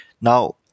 Now